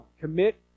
Commit